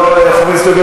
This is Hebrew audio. חבר הכנסת יוגב,